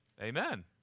Amen